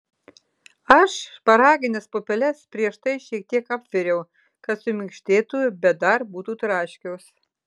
aš šparagines pupeles prieš tai šiek tiek apviriau kad suminkštėtų bet dar būtų traškios